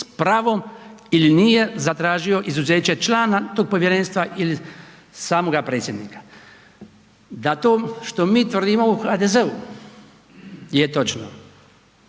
ili nije zatražio izuzeće člana tog povjerenstva ili samoga predsjednika. Da to što mi tvrdimo u HDZ-u je točno,